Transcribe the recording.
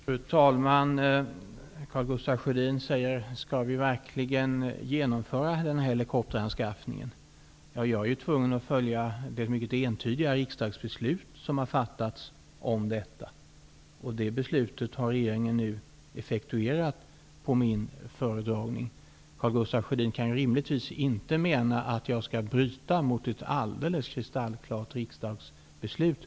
Fru talman! Karl Gustaf Sjödin undrar om vi verkligen skall genomföra denna helikopteranskaffning. Jag är tvungen att följa det mycket entydiga riksdagsbeslut som har fattats om detta. Det beslutet har regeringen nu effektuerat efter min föredragning. Karl Gustaf Sjödin kan rimligtvis inte mena att jag skall bryta mot ett kristallklart riksdagsbeslut.